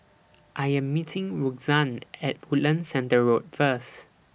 I Am meeting Roxann At Woodlands Centre Road First